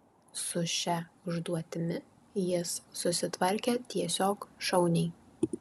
su šia užduotimi jis susitvarkė tiesiog šauniai